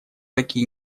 такие